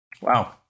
Wow